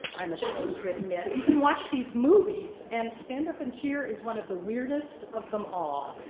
i'm ashamed to admit, you can watch these movies, and stand up and cheer is one of the weirdest of them all.